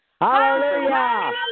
Hallelujah